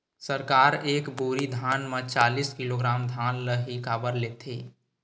सरकार एक बोरी धान म चालीस किलोग्राम धान ल ही काबर लेथे?